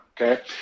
okay